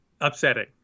upsetting